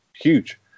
huge